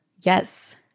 Yes